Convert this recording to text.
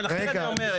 לכן אני אומר,